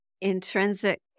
intrinsic